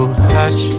hush